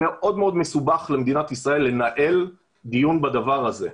מאוד מאוד מסובך למדינת ישראל לנהל דיון בדבר הזה.